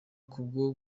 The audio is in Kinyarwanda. kubwo